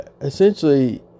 essentially